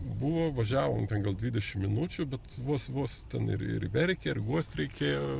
buvo važiavom ten gal dvidešim minučių bet vos vos ten ir ir verkė ir guosti reikėjo